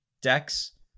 decks